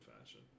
fashion